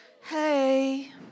Hey